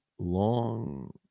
long